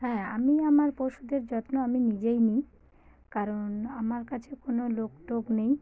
হ্যাঁ আমি আমার পশুদের যত্ন আমি নিজেই নিই কারণ আমার কাছে কোনো লোক টোক নেই